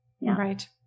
Right